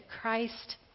Christ